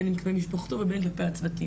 בין אם כלפי משפחתו, ובין כלפי הצוותים.